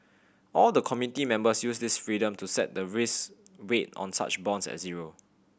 all the committee members use this freedom to set the risk weight on such bonds at zero